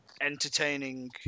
entertaining